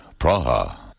Praha